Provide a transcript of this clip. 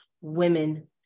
women